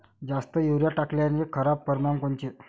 जास्त युरीया टाकल्याचे खराब परिनाम कोनचे?